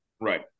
Right